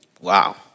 Wow